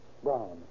Brown